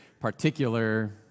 particular